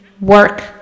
work